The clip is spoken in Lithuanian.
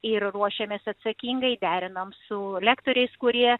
ir ruošėmės atsakingai derinom su lektoriais kurie